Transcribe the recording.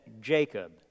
Jacob